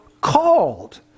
called